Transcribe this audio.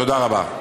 תודה רבה.